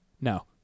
No